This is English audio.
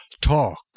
Talk